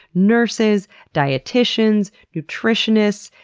nurses, dieticians, nutritionists,